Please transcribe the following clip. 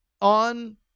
on